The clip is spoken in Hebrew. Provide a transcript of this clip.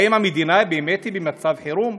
האם המדינה היא באמת במצב חירום?